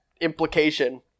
implication